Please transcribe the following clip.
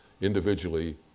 individually